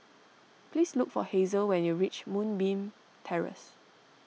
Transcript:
please look for Hazel when you reach Moonbeam Terrace